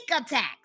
attacks